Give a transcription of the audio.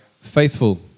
faithful